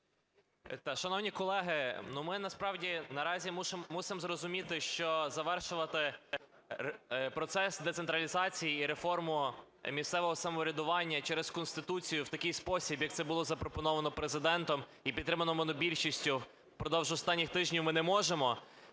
Шановні колеги, ми насправді наразі мусимо зрозуміти, що завершувати процес децентралізації і реформу місцевого самоврядування через Конституцію в такий спосіб, як це було запропоновано Президентом і підтримано монобільшістю впродовж останніх тижнів, ми не можемо.